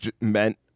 meant